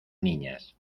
niñas